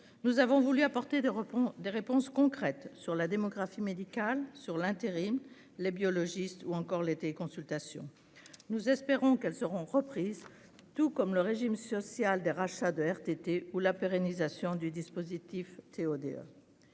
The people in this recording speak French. Nous avons voulu apporter des réponses concrètes sur la démographie médicale, l'intérim, les biologistes ou encore les téléconsultations. Nous espérons qu'elles seront reprises, tout comme le régime social des rachats de jours de RTT ou la pérennisation du dispositif